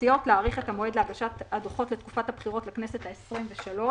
סיעות להאריך את המועד להגשת הדוחות לתקופת הבחירות לכנסת ה-23,